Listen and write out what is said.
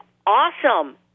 awesome